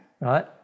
right